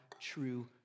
true